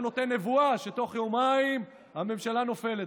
והוא נותן נבואה שתוך יומיים הממשלה נופלת,